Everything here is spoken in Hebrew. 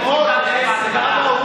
מה המסקנה,